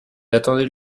attendait